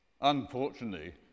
Unfortunately